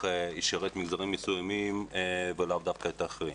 ישרת מגזרים מסוימים ולאו דווקא את האחרים,